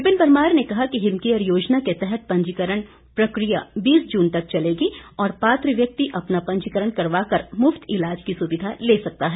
विपिन परमार ने कहा कि हिम केयर योजना के तहत पंजीकरण प्रक्रिया बीस जून तक चलेगी और पात्र व्यक्ति अपना पंजीकरण करवा कर मुफ्त इलाज की सुविधा ले सकता है